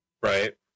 Right